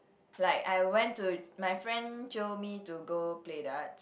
like I went to my friend jio me to go play dart